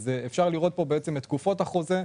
אפשר לראות את תקופות החוזה,